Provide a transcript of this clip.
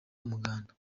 umuganda